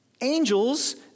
Angels